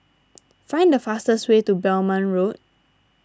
find the fastest way to Belmont Road